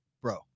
bro